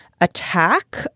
attack